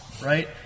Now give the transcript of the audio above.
Right